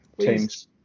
teams